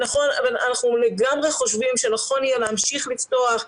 אנחנו לגמרי חושבים שנכון יהיה להמשיך לפתוח,